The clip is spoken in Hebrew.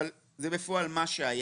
אבל זה בפועל מה שהיה.